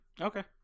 Okay